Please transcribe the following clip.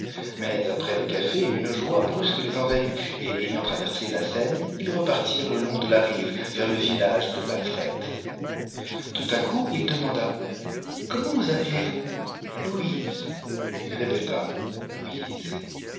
mais après le café une joie brusque les envahit et ayant traversé la seine ils repartirent le lono de la rive vers le villaire de la frette tout à coup il demanda comment vous appelez-vous louise il répéta louise